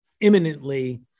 imminently